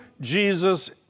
Jesus